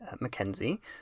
Mackenzie